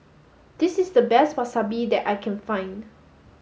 this is the best Wasabi that I can find